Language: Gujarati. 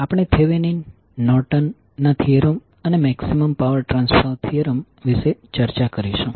આપણે થેવેનીન નોર્ટન ના થીયરમ અને મેક્સિમમ પાવર ટ્રાન્સફર થીયરમ વિશે ચર્ચા કરીશું